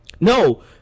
No